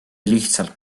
lihtsalt